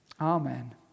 Amen